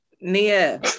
Nia